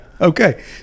okay